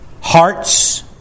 hearts